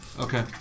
Okay